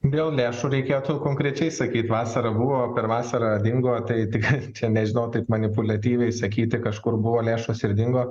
dėl lėšų reikėtų konkrečiai sakyt vasarą buvo per vasarą dingo tai tik čia nežinau taip manipuliatyviai sakyti kažkur buvo lėšos ir dingo